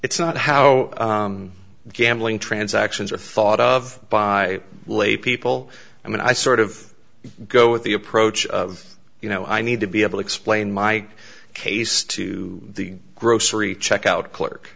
it's not how gambling transactions are thought of by lay people i mean i sort of go with the approach of you know i need to be able to explain my case to the grocery checkout clerk